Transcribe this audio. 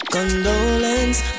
Condolence